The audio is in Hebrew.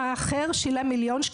שילם מיליון ₪